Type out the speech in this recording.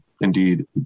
indeed